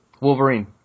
Wolverine